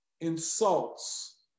insults